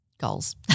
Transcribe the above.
goals